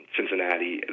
Cincinnati